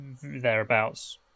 thereabouts